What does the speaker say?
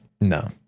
No